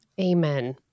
Amen